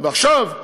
עכשיו,